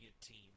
team